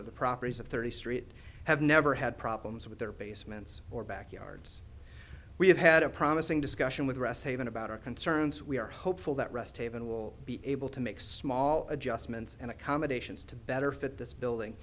of the properties of thirty st have never had problems with their basements or backyards we have had a promising discussion with the rest haven about our concerns we are hopeful that rest haven will be able to make small adjustments and accommodations to better fit this building